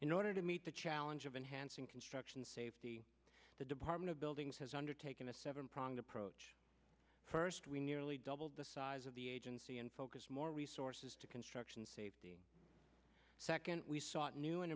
in order to meet the challenge of enhancing construction safety the department of buildings has undertaken a seven pronged approach first we nearly doubled the size of the agency and focus more resources to construction safety second we sought new and